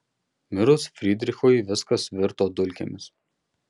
mirus frydrichui viskas virto dulkėmis